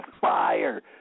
fire